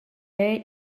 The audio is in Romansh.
era